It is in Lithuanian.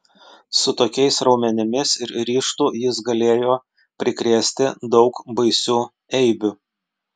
su tokiais raumenimis ir ryžtu jis galėjo prikrėsti daug baisių eibių